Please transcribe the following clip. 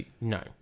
no